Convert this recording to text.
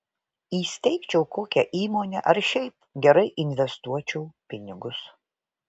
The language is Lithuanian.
įsteigčiau kokią įmonę ar šiaip gerai investuočiau pinigus